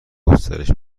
گسترش